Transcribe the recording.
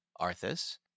Arthas